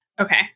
Okay